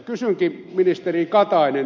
kysynkin ministeri katainen